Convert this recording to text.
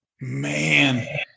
Man